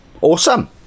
awesome